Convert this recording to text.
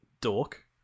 dork